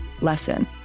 lesson